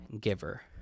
giver